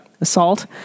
assault